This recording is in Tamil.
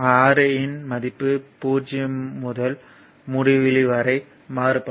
R இன் மதிப்பு 0 முதல் முடிவிலி வரை மாறுபடும்